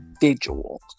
individual